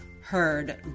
heard